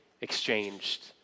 exchanged